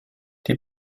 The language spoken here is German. die